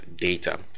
data